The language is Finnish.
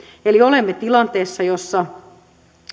eli olemme tilanteessa jossa